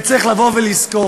וצריך לבוא ולזכור,